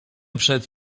przed